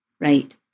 right